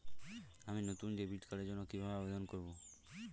আমি নতুন ডেবিট কার্ডের জন্য কিভাবে আবেদন করব?